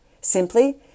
Simply